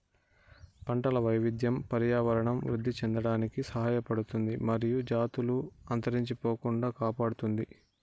పంటల వైవిధ్యం పర్యావరణం వృద్ధి చెందడానికి సహాయపడుతుంది మరియు జాతులు అంతరించిపోకుండా కాపాడుతుంది